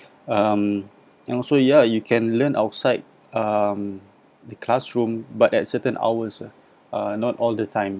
um and also ya you can learn outside um the classroom but at certain hours uh not all the time